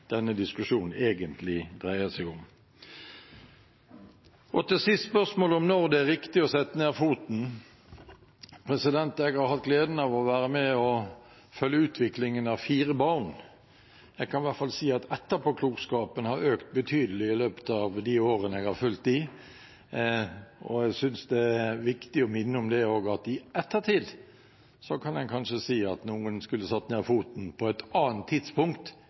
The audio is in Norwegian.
denne diskusjonen egentlig dreier seg om. Til sist til spørsmålet om når det er riktig å sette ned foten. Jeg har hatt gleden av å være med og følge utviklingen av fire barn. Jeg kan i hvert fall si at etterpåklokskapen har økt betydelig i løpet av de årene jeg har fulgt dem, og jeg synes det er viktig å minne om at en i ettertid kanskje kan si at noen skulle ha satt ned foten på et annet tidspunkt